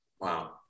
Wow